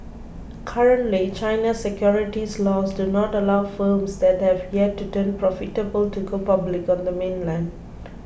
currently China's securities laws do not allow firms that have yet to turn profitable to go public on the mainland